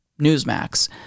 Newsmax